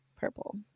purple